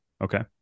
Okay